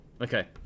okay